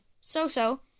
So-so